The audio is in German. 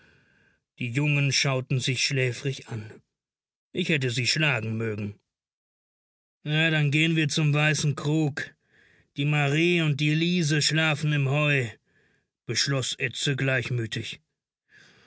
die jungen schauten sich schläfrig an ich hätte sie schlagen mögen na dann gehen wir zum weißen krug die marrie und die liese schlafen im heu beschloß edse gleichmütig